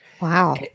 Wow